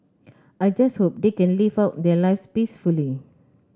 I just hope they can live out their lives peacefully